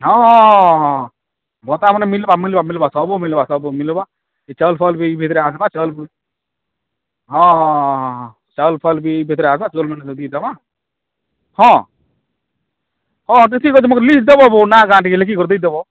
ହଁ ହଁ ହଁ ଭତ୍ତା ମାନେ ମିଲବା ମିଲବା ମିଲବା ସବୁ ମିଲବା ସବୁ ମିଲବ ଏଇ ଚାଉଲ ଫାଉଲ ବି ଏଇ ଭିତରେ ଆସବା ଚାଉଲ ହଁ ହଁ ହଁ ହଁ ଚାଉଲ ଫାଉଲ ବି ଏଇ ଭିତରେ ଆଇବା ଚାଉଲ ମାନେ ଦେବା ହଁ ହଁ ଯେ ଠିକ ଅଛି ତୁମ ଲିଷ୍ଟ ଦେବ ନାଁ ଗାଁ ଟିକେ ଲେଖିକରି ଦେଇ ଦେବ